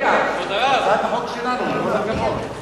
רגע, הצעת החוק שלנו, עם כל הכבוד.